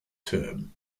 term